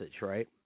right